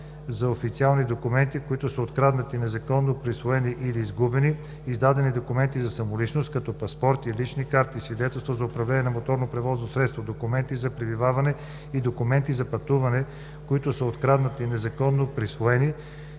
документи за пребиваване и документи за пътуване, които са откраднати, незаконно присвоени,